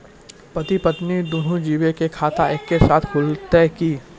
पति पत्नी दुनहु जीबो के खाता एक्के साथै खुलते की?